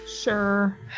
Sure